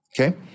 okay